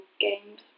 games